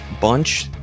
bunch